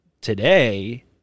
today